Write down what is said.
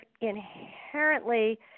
inherently